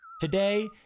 Today